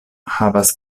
havas